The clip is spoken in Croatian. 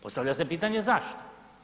Postavlja se pitanje zašto?